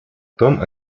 том